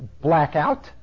blackout